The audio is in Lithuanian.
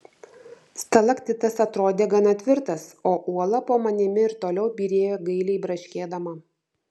stalaktitas atrodė gana tvirtas o uola po manimi ir toliau byrėjo gailiai braškėdama